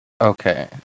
okay